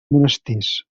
monestirs